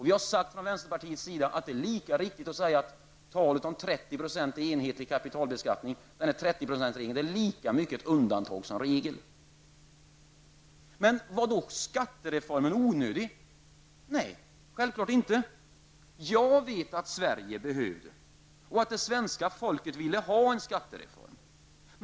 Vi i vänsterpartiet har hävdat att det är lika riktigt att säga att talet om 30 % i enhetlig kapitalbeskattning enligt 30-procentsregeln är lika mycket undantag som regel. Var då skattereformen onödig? Nej, självklart var den inte det. Jag vet att Sverige behövde och att svenska folket ville ha en skattereform.